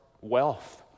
Wealth